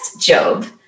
Job